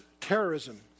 terrorism